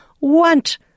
want